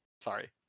sorry